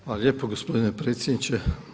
Hvala lijepo gospodine predsjedniče.